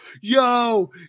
yo